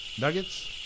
nuggets